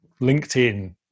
LinkedIn